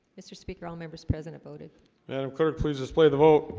mr. speaker all members present voted and unclear please display the vote